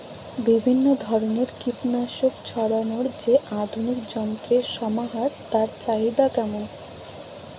বিভিন্ন ধরনের কীটনাশক ছড়ানোর যে আধুনিক যন্ত্রের সমাহার তার চাহিদা কেমন?